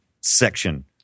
section